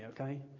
okay